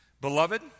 Beloved